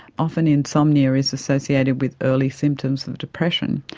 often insomnia is associated with early symptoms of depression.